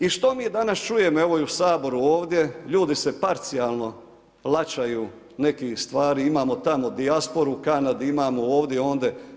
I što mi danas čujemo evo i u Saboru ovdje, ljudi se parcijalno laćaju nekih stvari, imamo tamo dijasporu u Kanadi, imamo ovdje, ondje.